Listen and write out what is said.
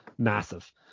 Massive